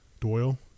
Doyle